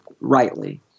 rightly